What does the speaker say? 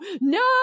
no